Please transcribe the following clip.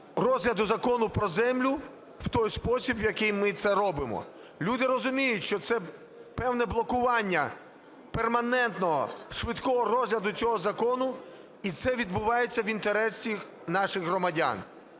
розгляду Закону про землю в той спосіб, в який ми це робимо. Люди розуміють, що це певне блокування перманентного швидкого розгляду цього закону, і це відбувається в інтересах наших громадян.